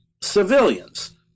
civilians